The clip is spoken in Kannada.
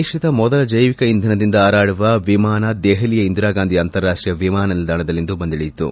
ದೇಶದ ಮೊದಲ ಜೈವಿಕ ಇಂಧನದಿಂದ ಹಾರಾಡುವ ವಿಮಾನ ದೆಹಲಿಯ ಇಂದಿರಾಗಾಂಧಿ ಅಂತಾರಾಷ್ಷೀಯ ವಿಮಾನ ನಿಲ್ದಾಣದಲ್ಲಿಂದು ಬಂದಿಳಿಯಿತು